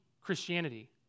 Christianity